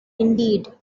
indeed